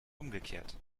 umgekehrt